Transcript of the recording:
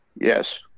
Yes